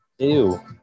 Ew